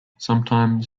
sometimes